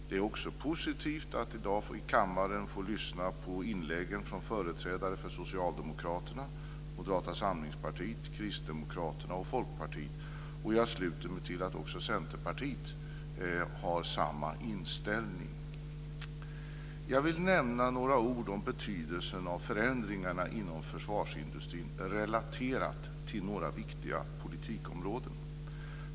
Det är också positivt att i dag i kammaren få lyssna på inläggen från företrädare för Socialdemokraterna, Moderata samlingspartiet, Kristdemokraterna och Folkpartiet. Jag sluter mig till att också Centerpartiet har samma inställning. Fru talman! Jag vill nämna några ord om betydelsen av förändringarna inom försvarsindustrin relaterat till några viktiga politikområden.